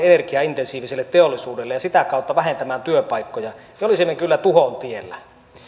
ja sitä kautta vähentämään työpaikkoja me olisimme kyllä tuhon tiellä